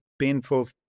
painful